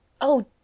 Oh